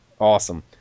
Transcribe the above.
awesome